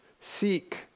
seek